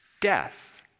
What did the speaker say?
death